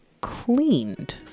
cleaned